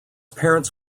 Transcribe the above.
parents